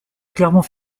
clermont